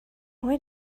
why